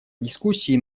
дискуссии